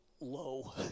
low